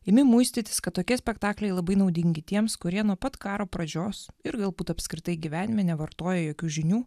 ėmė muistytis kad tokie spektakliai labai naudingi tiems kurie nuo pat karo pradžios ir galbūt apskritai gyvenime nevartoja jokių žinių